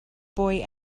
boy